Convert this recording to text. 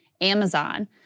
Amazon